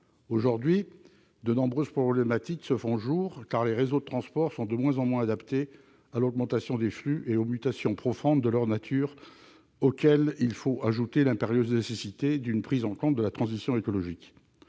Aujourd'hui, de nombreuses problématiques se font jour, car les réseaux de transports sont de moins en moins adaptés à l'augmentation des flux et aux mutations profondes de leur nature, conjuguée à l'impérieuse nécessité de prendre en compte la transition écologique.